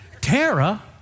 Tara